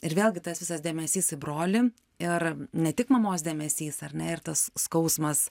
ir vėlgi tas visas dėmesys į brolį ir ne tik mamos dėmesys ar ne ir tas skausmas